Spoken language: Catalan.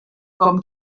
com